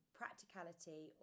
practicality